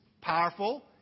powerful